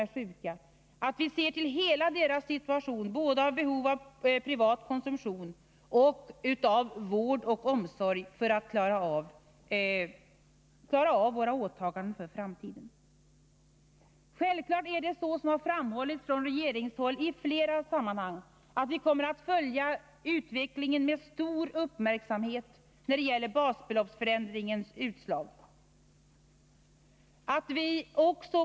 Vi måste ta Nr 46 hänsyn till hela deras situation, med de behov de har både av privata varor Självklart är det så som framhållits från regeringshåll i flera sammanhang, att vi kommer att följa utvecklingen med stor uppmärksamhet när det gäller Besparingar i utslaget av basbeloppsförändringen.